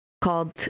called